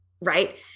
Right